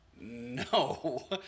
No